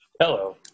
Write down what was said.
Hello